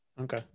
Okay